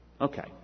Okay